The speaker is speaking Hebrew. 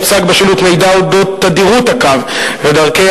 יוצג בשילוט מידע על תדירות הקו ודרכי